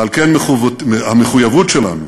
ועל כן, המחויבות שלנו